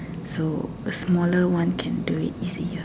so a smaller one can do it it's easier